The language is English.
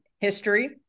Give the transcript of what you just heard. history